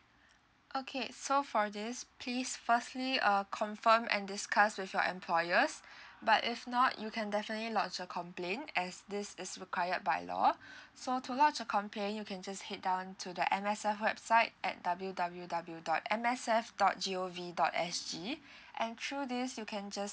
okay so for this please firstly uh confirm and discuss with your employers but if not you can definitely lodge a complaint as this is required by law so to lodge a complain you can just head down to the M_S_F website at W W W dot M S F dot G O V dot S G and through this you can just